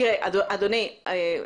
תראה, אדוני, מר.